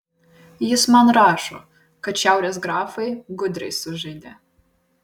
jis man rašo kad šiaurės grafai gudriai sužaidė